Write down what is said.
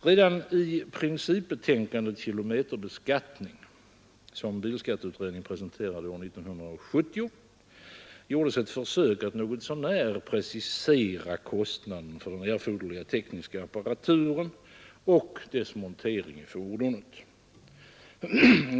Redan i principbetänkandet ”Kilometerbeskattning” som bilskatteutredningen presenterade år 1970 gjordes ett försök att något så när precisera kostnaden för den erforderliga tekniska apparaturen och dess montering i fordonet.